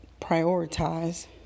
prioritize